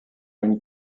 une